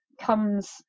comes